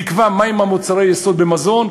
תקבע מה הם מוצרי היסוד במזון,